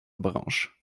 branches